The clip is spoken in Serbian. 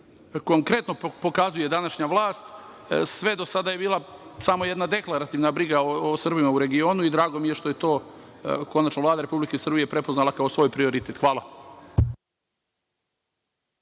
konkretno pokazuje današnja vlast. Sve do sada je bila jedna deklarativna briga o Srbima u regionu i drago mi je što je to konačno Vlada Republike Srbije prepoznala kao svoj prioritet. Hvala